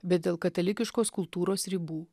bet dėl katalikiškos kultūros ribų